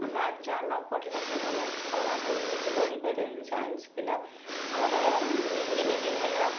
ମ୍ୟାଥ୍ଟା ନପଢ଼ିଲେ ସେମାନେ ଆଗକୁ କିଛି ବଢ଼ିପାରିବେନି ସାଇନ୍ସ ପିଲା ଆମର ଇଞ୍ଜିନିୟରିଂ ହେଲା